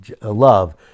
love